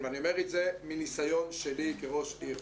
אני אומר את זה מניסיון שלי כראש עיר,